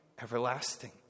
everlasting